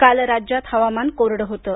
काल राज्यात हवामान कोरडं होतं